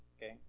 Okay